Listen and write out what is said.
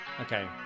Okay